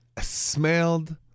smelled